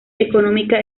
económica